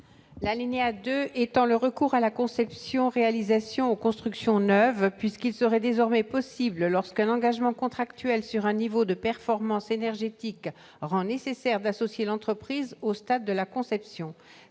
20 vise à étendre le recours à la conception-réalisation aux constructions neuves, puisqu'il serait désormais possible lorsqu'un engagement contractuel sur un niveau de performance énergétique rend nécessaire d'associer l'entreprise au stade de la conception.